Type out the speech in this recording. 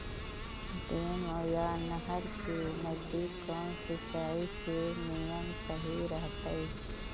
Dam या नहर के नजदीक कौन सिंचाई के नियम सही रहतैय?